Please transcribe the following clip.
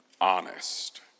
honest